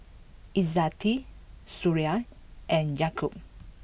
Izzati Suria and Yaakob